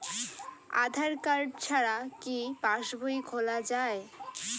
আধার card ছাড়া কি পাসবই খোলা যায়?